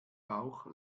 bauch